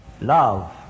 love